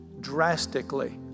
drastically